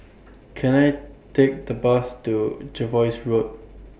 Can I Take The Bus to Jervois Road